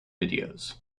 videos